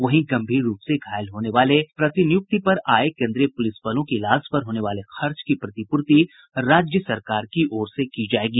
वहीं गंभीर रूप से घायल होने वाले प्रतिनियुक्ति पर आये केन्द्रीय पुलिस बलों के इलाज पर होने वाले खर्च की प्रतिपूर्ति राज्य सरकार की ओर से की जायेगी